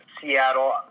Seattle